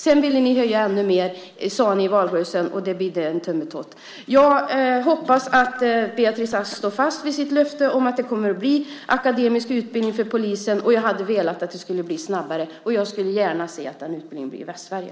Sedan ville ni höja ännu mer, sade ni i valrörelsen, och det bidde en tummetott. Jag hoppas att Beatrice Ask står fast vid sitt löfte om att det kommer att bli akademisk utbildning för polisen. Jag hade velat att det skulle bli snabbare, och jag skulle gärna se att utbildningen blir i Västsverige.